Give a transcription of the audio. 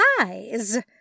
eyes